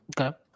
Okay